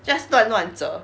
just 乱乱折